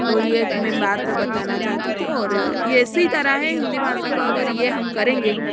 तो ये एक मैं बात बताना चाहती थी ओर ये इसी तरह है हिन्दी भाषा को अगर ये हम करेंगे